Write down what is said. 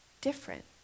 different